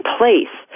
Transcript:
place